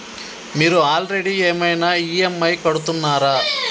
మీరు ఆల్రెడీ ఏమైనా ఈ.ఎమ్.ఐ కడుతున్నారా?